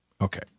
Okay